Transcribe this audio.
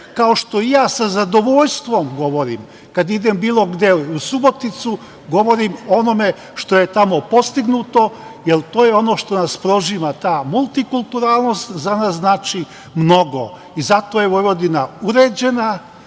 Kao što i ja sa zadovoljstvom govorim kada idem bilo gde u Suboticu, govorim o onome što je tamo postignuto, jer to je ono što nas prožima, ta multikulturalnost za nas znači mnogo. Zato je Vojvodina uređena,